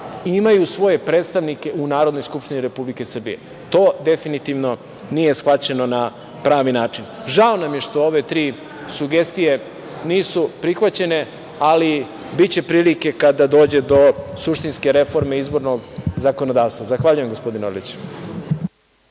imaju svoje predstavnike u Narodnoj Skupštini Republike Srbije. To definitivno nije shvaćeno na pravi način. Žao mi je što ove tri sugestije nisu prihvaćene, ali biće prilike kada dođe do suštinske reforme izbornog zakonodavstva. Zahvaljujem, gospodine Orliću.